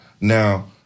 Now